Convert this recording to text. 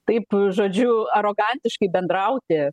taip žodžiu arogantiškai bendrauti